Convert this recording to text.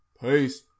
Peace